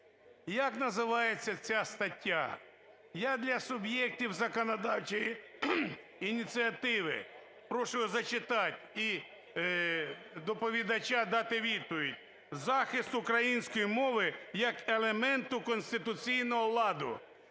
як називається ця стаття. Я для суб'єктів законодавчої ініціативи прошу зачитати і доповідача дати відповідь: "Захист української мови як елементу конституційного ладу".